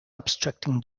obstructing